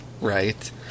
Right